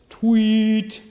Tweet